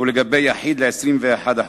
ולגבי יחיד, ל-21%.